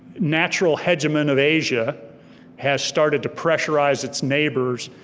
natural hegemony of asia has started to pressurize its neighbors,